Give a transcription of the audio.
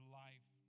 life